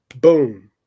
boom